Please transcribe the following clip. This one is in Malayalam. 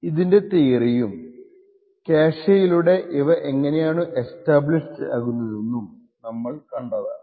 ഇതിൻറെ തിയറിയും ക്യാഷെയിലൂടെ ഇവ എങ്ങനെയാണു എസ്റ്റാബ്ലിഷ്ഡ് ആകുന്നതെന്നും നമ്മൾ കണ്ടതാണ്